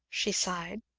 she sighed,